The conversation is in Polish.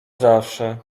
zawsze